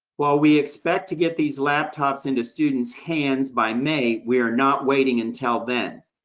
while we expect to get these laptops into students' hands by may, we are not waiting until then.